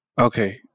okay